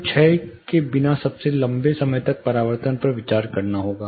तो क्षय के बिना सबसे लंबे समय तक परावर्तन पर विचार करना होगा